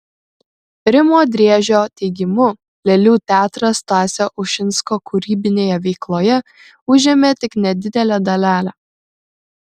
rimo driežio teigimu lėlių teatras stasio ušinsko kūrybinėje veikloje užėmė tik nedidelę dalelę